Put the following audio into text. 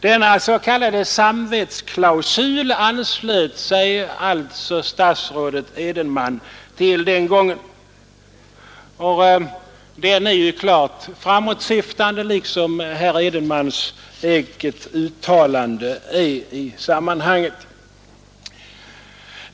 Denna s.k. samvetsklausul anslöt sig alltså statsrådet Edenman till den gången, och den är klart framåtsyftande, liksom herr Edenmans eget uttalande i sammanhanget är.